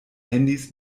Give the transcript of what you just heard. handys